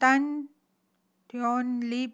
Tan Thoon Lip